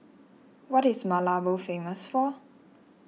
what is Malabo famous for